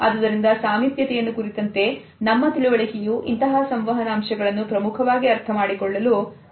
ಆದುದರಿಂದ ಸಾಮೀಪ್ಯತೆಯನ್ನು ಕುರಿತಂತೆ ನಮ್ಮ ತಿಳುವಳಿಕೆಯು ಇಂತಹ ಸಂವಹನ ಅಂಶಗಳನ್ನು ಪ್ರಮುಖವಾಗಿ ಅರ್ಥಮಾಡಿಕೊಳ್ಳಲು ಬೇಡುತ್ತದೆ